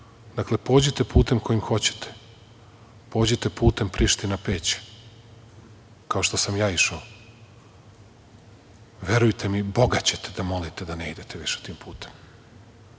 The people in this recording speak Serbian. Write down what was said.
pođite putem kojim hoćete, pođite putem Priština-Peć, kao što sam ja išao, verujte mi, Boga ćete da molite da ne idete više tim putem,